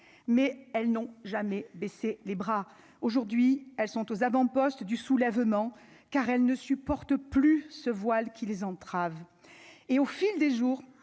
mais elles n'ont jamais baissé les bras, aujourd'hui elles sont aux avant-postes du soulèvement, car elle ne supporte plus ce voile qui les entrave et au fil des jours